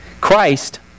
Christ